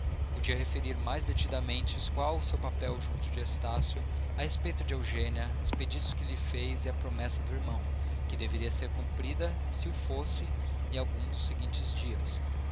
podia referir mais detidamente qual o seu papel junto de estácio a respeito de eugênia os pedidos que lhe fez e a promessa do irmão que deveria ser cumprida se o fosse em algum dos seguintes dias